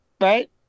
right